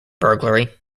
burglary